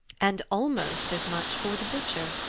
and almost as much for the butcher.